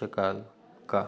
शकाल का